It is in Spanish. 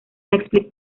netflix